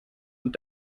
und